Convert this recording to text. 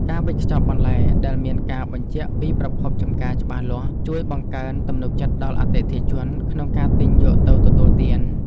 ការវេចខ្ចប់បន្លែដែលមានការបញ្ជាក់ពីប្រភពចម្ការច្បាស់លាស់ ជួយបង្កើនទំនុកចិត្តដល់អតិថិជនក្នុងការទិញយកទៅទទួលទាន។